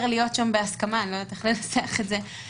להיות שם בהסכמה אני לא יודעת איך לנסח את זה,